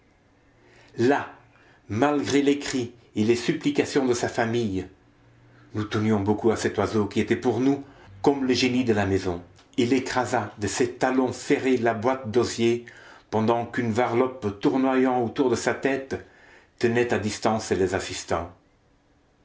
là malgré les cris et les supplications de sa famille nous tenions beaucoup à cet oiseau qui était pour nous comme le génie de la maison il écrasa de ses talons ferrés la boîte d'osier pendant qu'une varlope tournoyant autour de sa tête tenait à distance les assistants